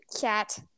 Cat